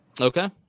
Okay